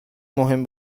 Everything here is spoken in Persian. مهم